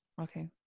Okay